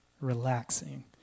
relaxing